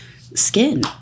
skin